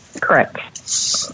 Correct